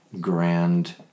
grand